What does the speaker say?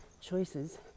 choices